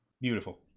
Beautiful